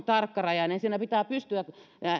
tarkkarajainen pitää pystyä